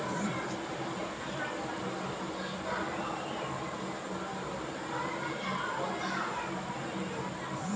আমার বোন যে সৌদির জেড্ডা বন্দরের কাছে থাকে তাকে টাকা পাঠাবো কি করে?